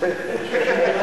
גלאון.